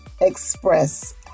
express